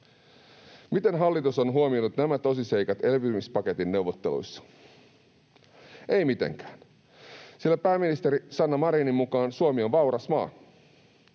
Miten hallitus on huomioinut nämä tosiseikat elpymispaketin neuvotteluissa? Ei mitenkään, sillä pääministeri Sanna Marinin mukaan Suomi on vauras maa.